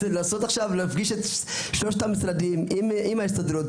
להפגיש את שלושת המשרדים עם ההסתדרות,